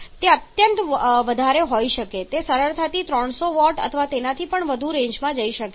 તે અત્યંત વધારે હોઈ શકે છે તે સરળતાથી 300 વોટ અથવા તેનાથી પણ વધુની રેન્જમાં જઈ શકે છે